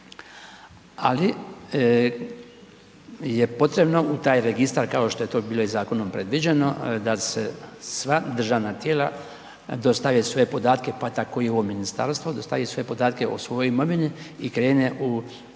ali je potrebno u taj registar, kao što je to bilo i zakonom predviđeno da se sva državna tijela dostave svoje podatke, pa tako i ovo ministarstvo, dostavi sve podatke o svojoj imovini i krene u